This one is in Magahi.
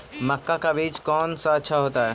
मक्का का बीज कौन सा अच्छा होता है?